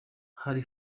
hari